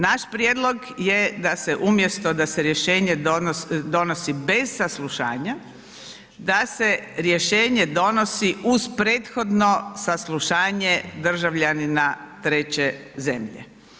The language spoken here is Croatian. Naš prijedlog je da se umjesto da se Rješenje donosi bez saslušanja, da se Rješenje donosi uz prethodno saslušanje državljanina treće zemlje.